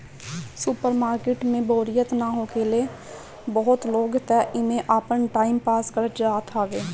super market में बोरियत ना होखेला बहुते लोग तअ एमे आपन टाइम पास करे जात हवे